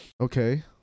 okay